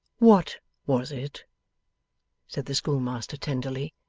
what was it said the schoolmaster, tenderly.